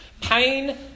Pain